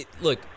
look